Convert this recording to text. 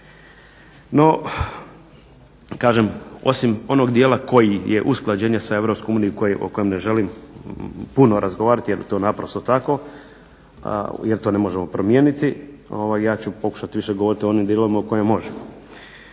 No, kažem osim onog dijela koji je usklađenje sa EU i o kojem ne želim puno razgovarati, jer je to naprosto tako, jer to ne možemo promijeniti i ja ću pokušati više govoriti o onim dijelovima o kojima možemo.